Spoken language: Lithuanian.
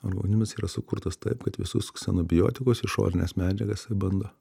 organizmas yra sukurtas taip kad visus ksenobiotikus išorines medžiagas jis bando